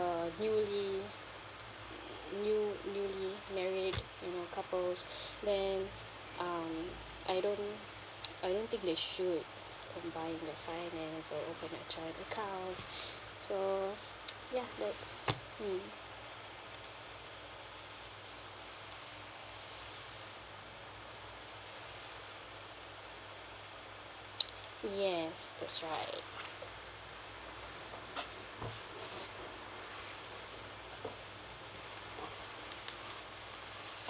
a newly new newly married you know couples then um I don't I don't think they should combining the finance or having a joint account so ya that's mm yes that's right